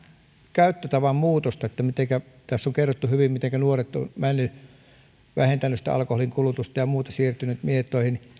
käyttötavan muutosta tässä on kerrottu hyvin mitenkä nuoret ovat vähentäneet alkoholinkulutusta ja muuta siirtyneet mietoihin